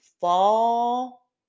fall